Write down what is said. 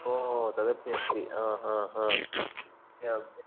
ओ तदपि अस्ति हा हा हा एवम्